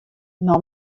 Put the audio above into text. nei